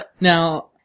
Now